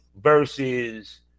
versus